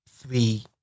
three